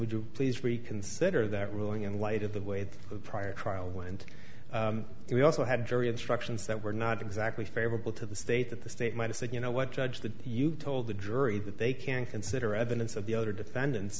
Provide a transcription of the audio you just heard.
would you please reconsider that ruling in light of the way that the prior trial went we also have jury instructions that were not exactly favorable to the state that the state might have said you know what judge that you told the jury that they can consider evidence of the other defendants